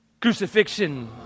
Crucifixion